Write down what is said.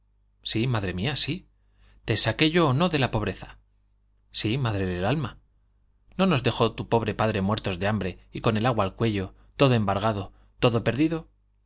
sí madre mía sí te saqué yo o no de la pobreza sí madre del alma no nos dejó tu pobre padre muertos de hambre y con el agua al cuello todo embargado todo perdido